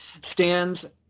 Stands